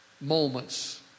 moments